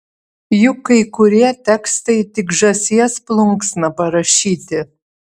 juk kai kurie tekstai tik žąsies plunksna parašyti